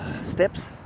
steps